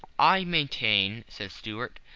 i maintain, said stuart,